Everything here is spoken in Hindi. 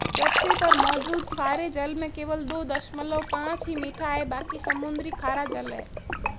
पृथ्वी पर मौजूद सारे जल में केवल दो दशमलव पांच ही मीठा है बाकी समुद्री खारा जल है